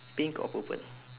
pink or purple